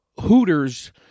Hooters